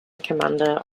commander